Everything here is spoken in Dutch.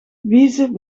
wiezen